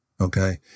Okay